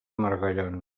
margallons